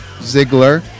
Ziggler